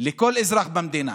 לכל אזרח במדינה?